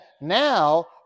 Now